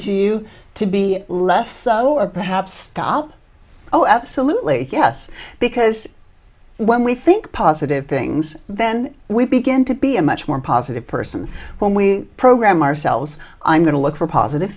to you to be less or perhaps stop oh absolutely yes because when we think positive things then we begin to be a much more positive person when we program ourselves i'm going to look for positive